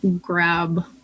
grab